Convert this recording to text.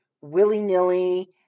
willy-nilly